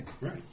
Right